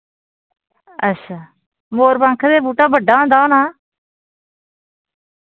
अच्छा मोरपंख दे बूह्टा बड्डा होंदा होना